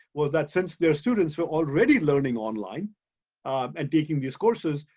was that since there are students who are already learning online and taking these courses,